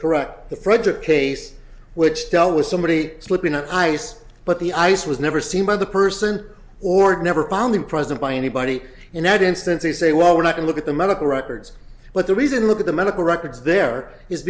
correct the frederick case which dealt with somebody slipping on ice but the ice was never seen by the person or it never found the present by anybody in that instance they say well we're not to look at the medical records but the reason to look at the medical records there is